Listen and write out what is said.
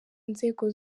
nzego